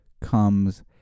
comes